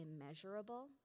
Immeasurable